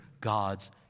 God's